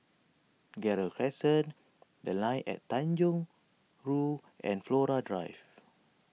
Gerald Crescent the Line At Tanjong Rhu and Flora Drive